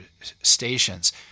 stations